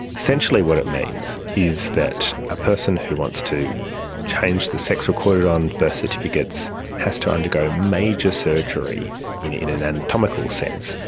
essentially what it means is that a person who wants to change the sex recorded on birth certificates has to undergo major surgery in in an anatomical sense,